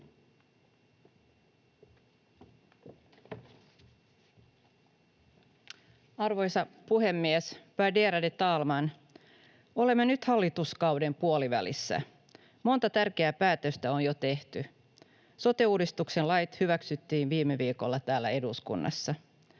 Arvoisa puhemies, värderade talman! Olemme nyt hallituskauden puolivälissä. Monta tärkeää päätöstä on jo tehty. Sote-uudistuksen lait hyväksyttiin viime viikolla täällä eduskunnassa.